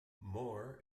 moore